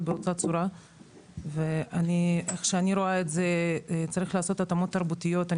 באותה צורה ואיך שאני רואה את זה צריך לעשות התאמות תרבותיות,